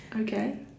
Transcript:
Okay